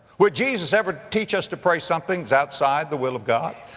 would jesus ever teach us to pray something that's outside the will of god?